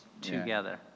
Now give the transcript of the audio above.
together